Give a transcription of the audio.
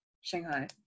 Shanghai